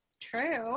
True